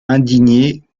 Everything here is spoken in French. indignés